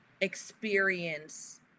experience